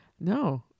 no